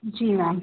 जी ma'am